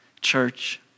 church